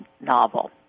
novel